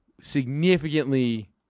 significantly